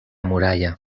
muralla